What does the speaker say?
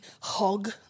hog